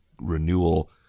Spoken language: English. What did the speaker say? renewal